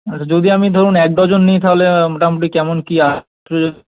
আচ্ছা যদি আমি ধরুন এক ডজন নিই তাহলে মোটামুটি কেমন কী আসবে